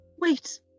Wait